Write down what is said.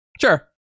Sure